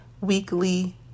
weekly